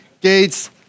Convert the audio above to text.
gates